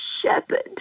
shepherd